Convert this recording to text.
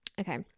Okay